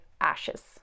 ashes